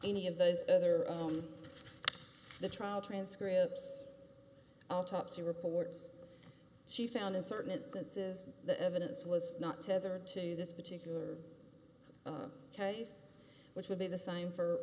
any of those other the trial transcripts autopsy reports she found in certain instances the evidence was not tethered to this particular case which would be the same for